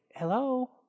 hello